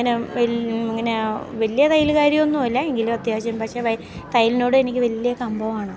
ഇങ്ങനെ ഇങ്ങനെ വലിയ തയ്യൽക്കാരി ഒന്നുമല്ല എങ്കിലും അത്യാവശ്യം പക്ഷേ തയ്യലിനോട് എനിക്ക് വലിയ കമ്പമാണ്